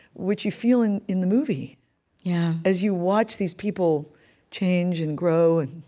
which you feel in in the movie yeah as you watch these people change and grow and